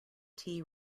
tea